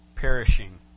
perishing